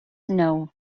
know